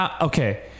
Okay